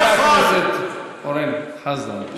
חבר הכנסת אורן חזן.